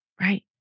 right